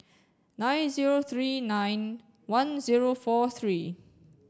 nine zero three nine one zero four three